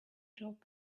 job